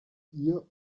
ihr